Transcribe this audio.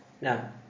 Now